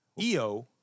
Eo